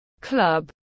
Club